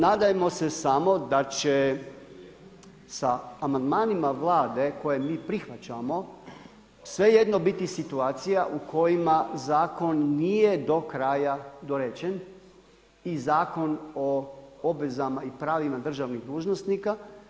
Nadajmo se samo da će sa amandmanima Vlade koje mi prihvaćamo svejedno biti situacija u kojima zakon nije do kraja dorečen i Zakon o obvezama i pravima državnih dužnosnika.